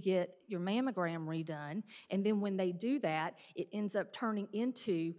get your mammogram redone and then when they do that it ends up turning into